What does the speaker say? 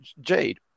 Jade